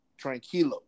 Tranquilo